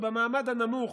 ובמעמד הנמוך,